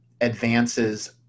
advances